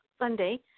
sunday